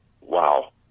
wow